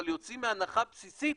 אבל יוצאים מהנחה בסיסית